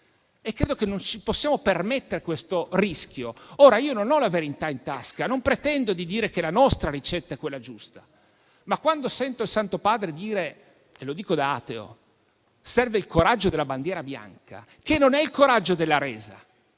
e credo che non ci possiamo permettere questo rischio. Non ho la verità in tasca e non pretendo di dire che la nostra ricetta sia quella giusta. Ma, quando sento il Santo Padre dire - lo dico da ateo - che serve il coraggio della bandiera bianca, che non è il coraggio della resa,